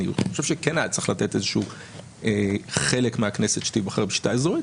אני חושב שכן היה צריך לאפשר שחלק מהכנסת ייבחר בשיטה אזורית,